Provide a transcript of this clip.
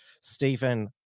stephen